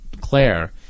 Claire